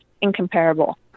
incomparable